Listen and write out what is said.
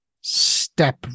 step